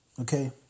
Okay